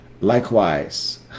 Likewise